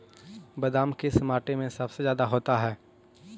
बादाम किस माटी में सबसे ज्यादा होता है?